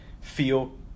feel